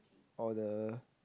or the